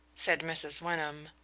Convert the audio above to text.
said mrs. wyndham.